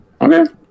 Okay